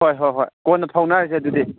ꯍꯣꯏ ꯍꯣꯏ ꯍꯣꯏ ꯀꯣꯟꯅ ꯐꯥꯎꯅꯔꯁꯦ ꯑꯗꯨꯗꯤ